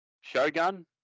Shogun